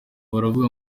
baravuga